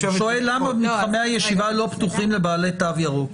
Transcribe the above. הוא שואל למה מתחמי הישיבה לא פתוחים לבעלי תו ירוק.